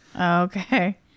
Okay